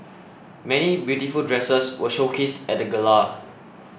many beautiful dresses were showcased at the gala